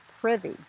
privy